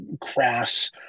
crass